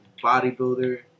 bodybuilder